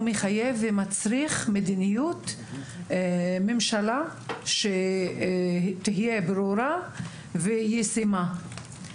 הוא מחייב ומצריך מדיניות ממשלה שתהיה ברורה וישימה.